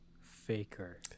Faker